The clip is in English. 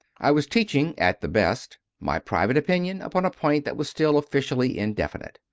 i was teaching, at the best, my private opinion upon a point that was still officially indefinite.